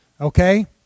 Okay